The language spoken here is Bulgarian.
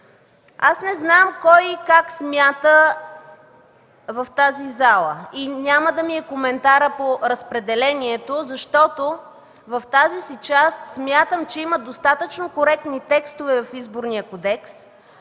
Аз не знам кой и как смята в тази зала и няма да ми е коментарът по разпределението, защото в тази си част, смятам, че има достатъчно коректни текстове в Изборния кодекс